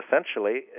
essentially